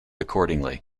accordingly